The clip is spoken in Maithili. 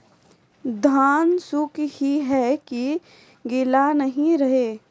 धान सुख ही है की गीला नहीं रहे?